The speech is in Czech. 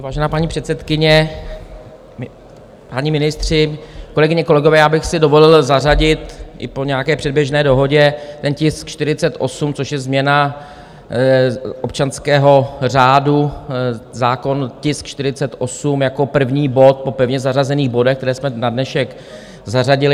Vážená paní předsedkyně, páni ministři, kolegyně, kolegové, já bych si dovolil zařadit, i po nějaké předběžné dohodě, tisk 48, což je změna občanského řádu, zákon, tisk 48 jako první bod po pevně zařazených bodech, které jsme na dnešek zařadili.